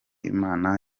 imana